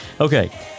Okay